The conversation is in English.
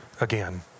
again